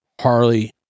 Harley